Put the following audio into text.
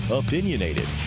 opinionated